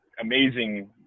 amazing